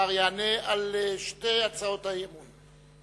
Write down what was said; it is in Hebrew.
השר יענה על שתי הצעות האי-אמון,